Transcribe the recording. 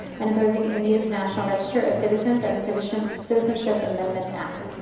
and opposing india's national register of citizens and citizenship citizenship amendment act.